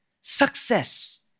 Success